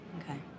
Okay